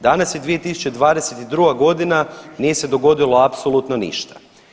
Danas je 2022. godina nije se dogodilo apsolutno ništa.